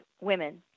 women